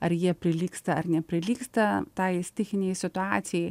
ar jie prilygsta ar neprilygsta tai stichinei situacijai